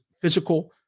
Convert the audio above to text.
physical